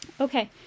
Okay